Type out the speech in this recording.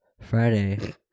Friday